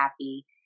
happy